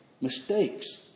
Mistakes